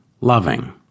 loving